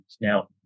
Now